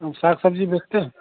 हम साग सब्ज़ी बेचते हैं